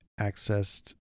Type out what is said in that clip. accessed